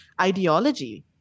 ideology